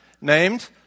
named